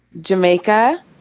Jamaica